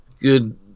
good